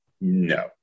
No